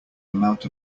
amount